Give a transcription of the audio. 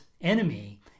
enemy